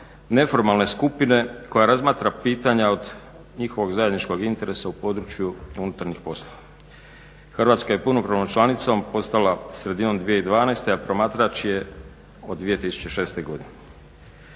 neformalne skupine koja razmatra pitanja od njihovog zajedničkog interesa u području unutarnjih poslova. Hrvatska je punopravnom članicom postala sredinom 2012., a promatrač je od 2006.godine.